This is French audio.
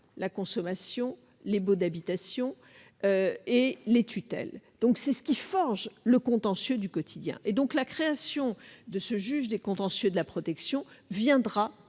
la consommation, des baux d'habitation et des tutelles, de tout ce qui forge le contentieux du quotidien. La création de ce juge des contentieux de la protection viendra